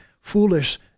foolish